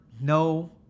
no